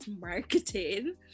marketing